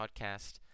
podcast